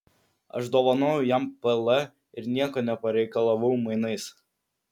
aš dovanojau jam pl ir nieko nepareikalavau mainais